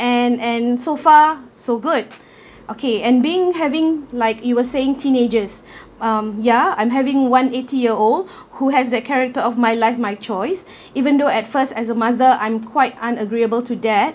and and so far so good okay and being having like you were saying teenagers um yeah I'm having one eighty year old who has that character of my life my choice even though at first as a mother I'm quite unagreeable to that